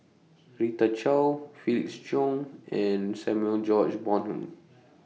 Rita Chao Felix Cheong and Samuel George Bonham